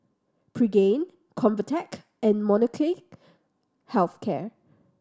Pregain Convatec and Molnylcke Health Care